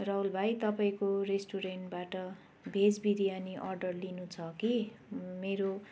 राहुल भाइ तपाईँको रेस्टुरेन्टबाट भेज बिरियानी अर्डर लिनु छ कि मेरो